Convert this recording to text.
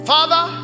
Father